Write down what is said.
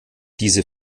diese